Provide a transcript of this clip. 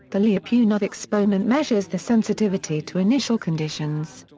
the lyapunov exponent measures the sensitivity to initial conditions.